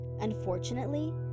Unfortunately